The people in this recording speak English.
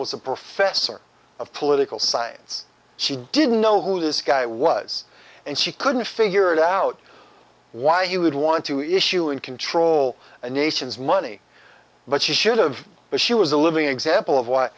was a professor of political science she didn't know who this guy was and she couldn't figure it out why he would want to issue in control a nation's money but she should've but she was a living example of what